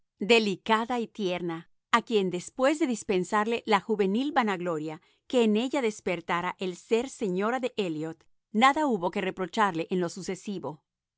delicada y tierna a quien después de dispensarle la juvenil vanagloria que en ella despertara el ser señora de elliot nada hubo que reprocharle en lo sucesivo